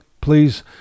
please